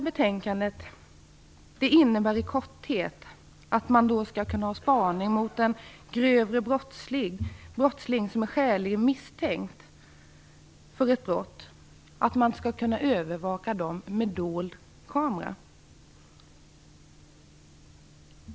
Betänkandet innebär i korthet att man skall kunna spana på en grov brottsling som är skäligen misstänkt för ett brott genom övervakning med dold kamera.